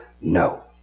no